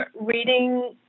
reading